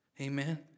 Amen